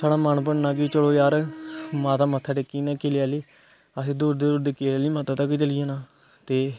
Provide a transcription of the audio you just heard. साडा मन बननना कि चलो जार माता मत्था टेकी आने किले आहली आसे दौड़दे दोडदे माता दे बी चली जाना ते